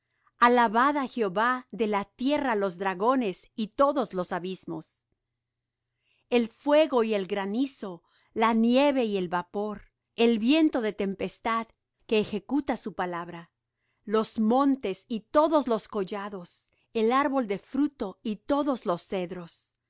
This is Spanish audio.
á jehová de la tierra los dragones y todos los abismos el fuego y el granizo la nieve y el vapor el viento de tempestad que ejecuta su palabra los montes y todos los collados el árbol de fruto y todos los cedros